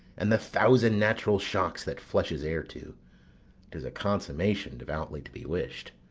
and the thousand natural shocks that flesh is heir to tis a consummation devoutly to be wish'd.